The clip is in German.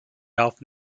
darf